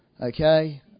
Okay